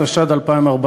התשע"ד 2014: